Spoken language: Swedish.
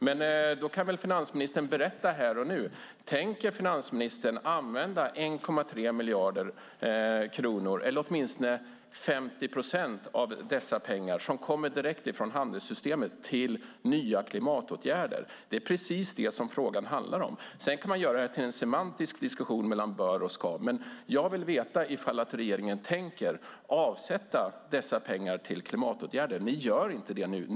Men då kan väl finansministern berätta här och nu: Tänker finansministern använda 1,3 miljarder kronor, eller åtminstone 50 procent av dessa pengar som kommer direkt från handelssystemet, till nya klimatåtgärder? Det är precis det som frågan handlar om. Sedan kan man göra det till en semantisk diskussion om bör och ska. Jag vill veta om regeringen tänker avsätta dessa pengar till klimatåtgärder. Ni gör inte det nu.